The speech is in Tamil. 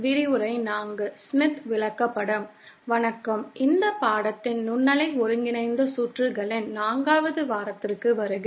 வணக்கம் இந்த பாடத்தின் நுண்ணலை ஒருங்கிணைந்த சுற்றுகளின் 4 வது வாரத்திற்கு வருக